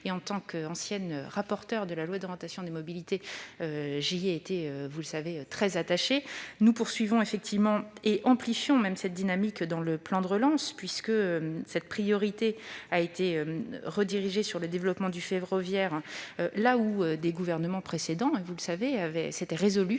En tant qu'ancienne rapporteure de la loi d'orientation des mobilités, j'y étais- vous le savez -très attachée. Nous poursuivons, et amplifions même, cette dynamique dans le plan de relance, puisque la priorité a été réorientée vers le développement du ferroviaire, là où des gouvernements précédents- vous le savez également